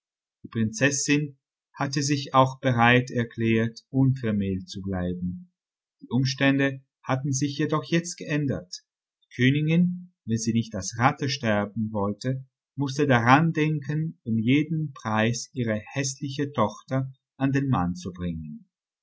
die prinzessin hatte sich auch bereit erklärt unvermählt zu bleiben die umstände hatten sich jedoch jetzt geändert die königin wenn sie nicht als ratte sterben wollte mußte daran denken um jeden preis ihre häßliche tochter an den mann zu bringen